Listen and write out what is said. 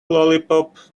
lollipop